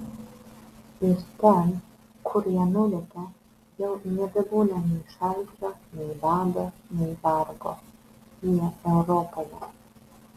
ir ten kur jie nulekia jau nebebūna nei šalčio nei bado nei vargo jie europoje